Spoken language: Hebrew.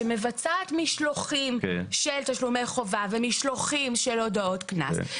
שמבצעת משלוחים של תשלומי חובה ומשלוחים של הודעות קנס,